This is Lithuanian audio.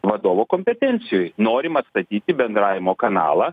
vadovo kompetencijoj norim atstatyti bendravimo kanalą